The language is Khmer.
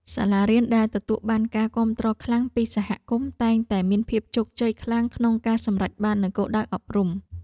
សាលារៀនដែលទទួលបានការគាំទ្រខ្លាំងពីសហគមន៍តែងតែមានភាពជោគជ័យខ្លាំងក្នុងការសម្រេចបាននូវគោលដៅអប់រំ។